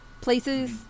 places